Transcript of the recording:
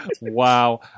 Wow